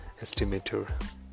estimator